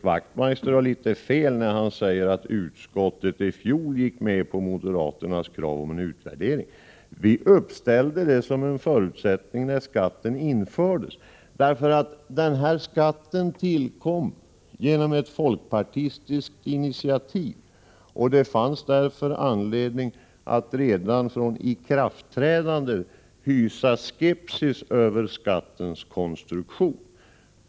Knut Wachtmeister tar litet fel när han säger att utskottet i fjol gick med på moderaternas krav på en utvärdering. Skatten tillkom ju på folkpartiets initiativ. Det fanns således anledning att redan från ikraftträdandet hysa skepsis mot skattens konstruktion.